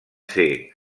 ser